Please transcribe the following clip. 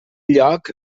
lloc